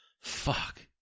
fuck